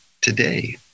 today